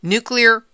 Nuclear